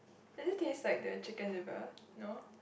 does it taste like the chicken liver no